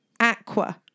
Aqua